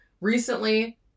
recently